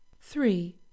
three